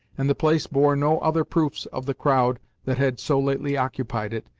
and the place bore no other proofs of the crowd that had so lately occupied it,